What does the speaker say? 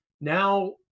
Now